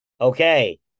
Okay